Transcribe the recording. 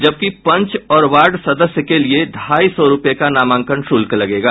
जबकि पंच और वार्ड सदस्य के लिये ढाई सौ रूपये का नामांकन शुल्क लगेगा